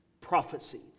prophecy